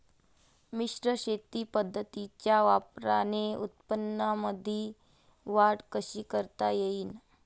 मिश्र शेती पद्धतीच्या वापराने उत्पन्नामंदी वाढ कशी करता येईन?